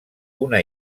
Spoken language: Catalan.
una